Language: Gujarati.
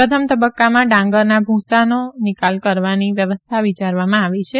પ્રથમ તબકકામાં ડાંગરના ભુંસાનો નિકાલ કરવાની વ્યવસ્થા વિચારવામાં આવી છે